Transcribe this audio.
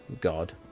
god